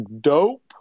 dope